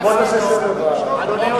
אפשר לשנות כרגע בתנאי שמודיעים לכל המשתתפים,